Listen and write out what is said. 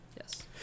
yes